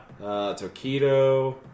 Tokido